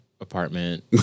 apartment